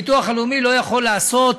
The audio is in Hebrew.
הביטוח הלאומי לא יכול לעשות,